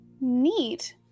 neat